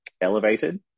elevated